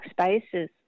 spaces